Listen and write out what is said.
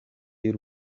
y’u